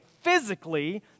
physically